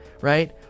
right